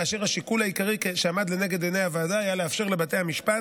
כאשר השיקול העיקרי שעמד לנגד עיני הוועדה היה לאפשר לבתי המשפט,